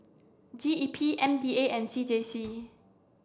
G E P M D A and C J C